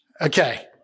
Okay